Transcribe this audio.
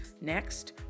next